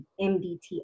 MDT